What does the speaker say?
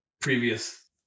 previous